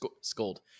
Scold